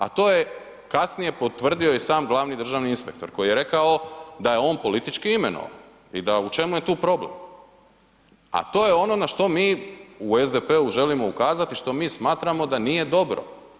A to je kasnije potvrdio i sam glavni državni inspektor koji je rekao da je on politički imenovan i da u čemu je tu problem, a to je ono na što mi u SDP-u želimo ukazati, što mi smatramo da nije dobro.